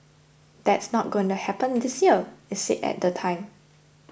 that's not going to happen this year it said at the time